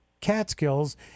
Catskills